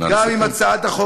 נא לסכם.